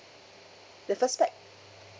tthe first pax